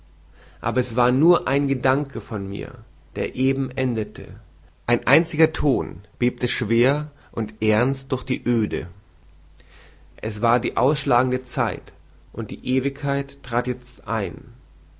aber es war nur ein gedanke von mir der eben endete ein einziger ton bebte schwer und ernst durch die oede es war die ausschlagende zeit und die ewigkeit trat jetzt ein